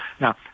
Now